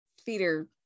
theater